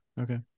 Okay